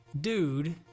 Dude